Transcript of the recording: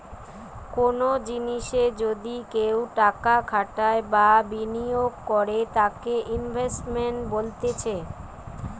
কোনো জিনিসে যদি কেও টাকা খাটাই বা বিনিয়োগ করে তাকে ইনভেস্টমেন্ট বলতিছে